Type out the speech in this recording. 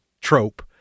trope